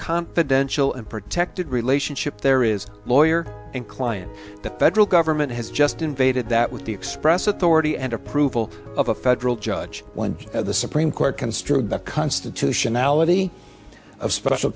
confidential and protected relationship there is a lawyer and client the federal government has just invaded that with the express authority and approval of a federal judge when the supreme court construed the constitutionality of special